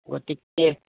গতিকে